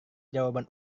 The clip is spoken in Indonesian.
jawaban